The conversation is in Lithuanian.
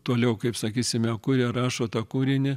toliau kaip sakysime kuria rašo tą kūrinį